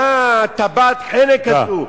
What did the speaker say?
מה טבעת החנק הזאת?